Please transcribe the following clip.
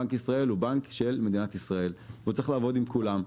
בנק ישראל הוא בנק של מדינת ישראל והוא צריך לעבוד עם כולם.